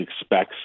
expects